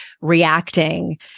reacting